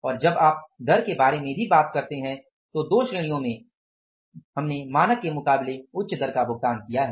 और जब आप दर के बारे में भी बात करते हैं तो दो श्रेणियों में हमने मानक के मुकाबले उच्च दर का भुगतान किया है